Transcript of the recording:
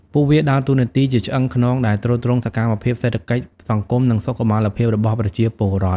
ពួកវាដើរតួនាទីជាឆ្អឹងខ្នងដែលទ្រទ្រង់សកម្មភាពសេដ្ឋកិច្ច សង្គម និងសុខុមាលភាពរបស់ប្រជាពលរដ្ឋ។